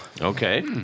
Okay